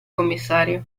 commissario